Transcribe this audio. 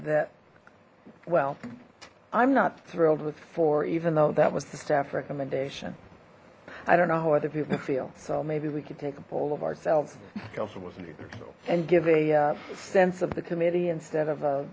that well i'm not thrilled with for even though that was the staff recommendation i don't know how other people feel so maybe we could take a poll of ourselves and give a sense of the committee instead of